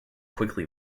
quickly